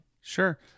sure